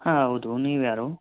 ಹಾಂ ಹೌದು ನೀವ್ಯಾರು